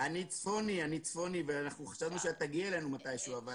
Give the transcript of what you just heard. אני צפוני וחשבנו שתגיעי אלינו מתי שהוא...